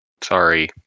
sorry